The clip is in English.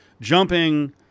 jumping